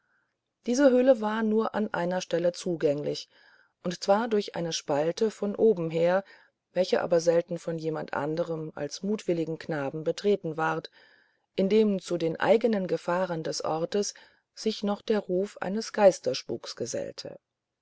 diese höhle war nur an einer stelle zugänglich und zwar durch eine spalte von oben her welche aber selten von jemand anderem als mutwilligen knaben betreten ward indem zu den eigenen gefahren des ortes sich noch der ruf eines geisterspuks gesellte